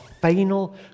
final